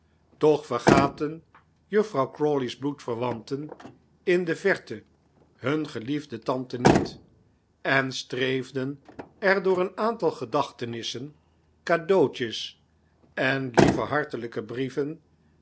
toch vergaten juffrouw crawley's bloedverwanten in de verte hun geliefde tante niet en streefden er door een aantal gedachtenissen cadeautjes en lieve hartelijke brieven